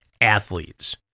athletes